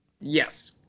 yes